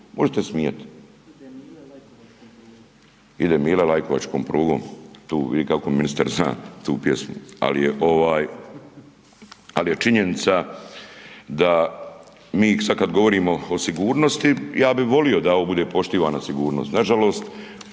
ne razumije./ … Ide Mile lajkovačkom prugom, vidi kako ministar zna tu pjesmu. Ali je činjenica da mi sada kada govorimo o sigurnosti ja bih volio da ovo bude poštivana sigurnost. Nažalost,